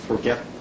forget